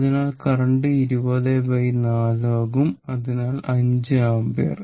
അതിനാൽ കറന്റ് 204 ആകും അതിനാൽ 5 ആമ്പിയർ